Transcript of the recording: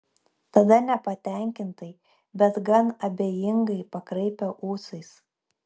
tada nepatenkintai bet gan abejingai pakraipė ūsais